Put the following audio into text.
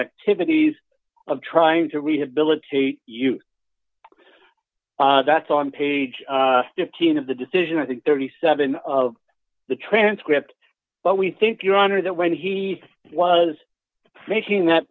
activities of trying to rehabilitate you that's on page fifteen of the decision i think thirty seven of the transcript but we think your honor that when he was making that